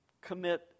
commit